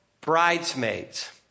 bridesmaids